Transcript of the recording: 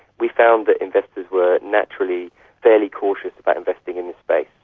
we found that investors were naturally fairly cautious about investing in this space.